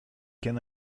can